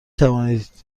توانید